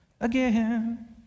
again